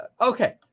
Okay